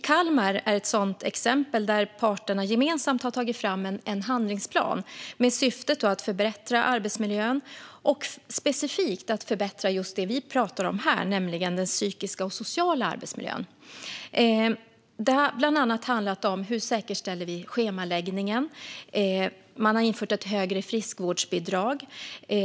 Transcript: Kalmar är ett exempel. Där har parterna gemensamt tagit fram en handlingsplan med syftet att förbättra arbetsmiljön och då specifikt just det vi talar om här, nämligen den psykiska och sociala arbetsmiljön. Det har bland annat handlat om hur man säkerställer schemaläggningen. Man har infört ett högre friskvårdsbidrag.